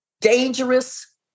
dangerous